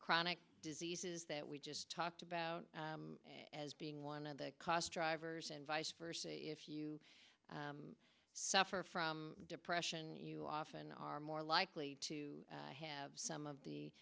chronic diseases that we just talked about as being one of the cost drivers and vice versa if you suffer from depression you often are more likely to have some of the